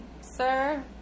sir